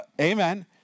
amen